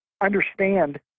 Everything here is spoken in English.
understand